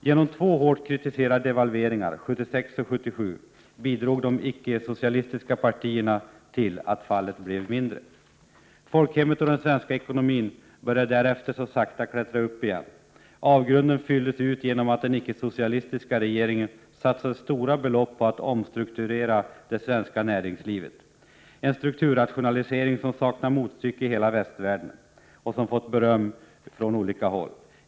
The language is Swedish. Genom två hårt kritiserade devalveringar — 1976 och 1977 — bidrog de icke-socialistiska partierna till att fallet blev mindre. Folkhemmet och den svenska ekonomin började därefter att sakta klättra uppåt igen. Avgrunden fylldes ut genom att den icke-socialistiska regeringen satsade stora belopp på att omstrukturera det svenska näringslivet — en strukturrationalisering som saknar motstycke i hela västvärlden och som har fått beröm från olika håll.